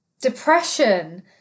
depression